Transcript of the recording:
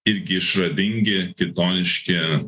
irgi išradingi kitoniški